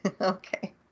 Okay